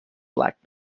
black